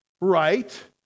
right